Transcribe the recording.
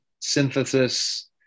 synthesis